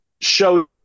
show